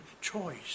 choice